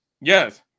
Yes